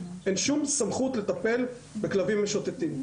אין שום סמכות לטפל בכלבים משוטטים.